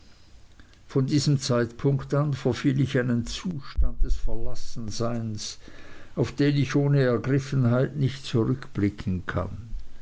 von diesem zeitpunkt an verfiel ich in einen zustand des verlassenseins auf den ich ohne ergriffenheit nicht zurückblicken kann